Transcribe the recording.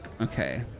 Okay